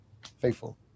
faithful